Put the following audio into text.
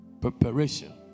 Preparation